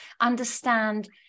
understand